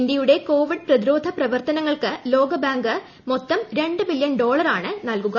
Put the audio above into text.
ഇന്ത്യയുടെ കോവിഡ് പ്രതിരോധ പ്രവർത്തനങ്ങൾക്ക് ലോകബാങ്ക് മൊത്തം രണ്ട് ബില്യൺ ഡോളറാണ് നൽകുക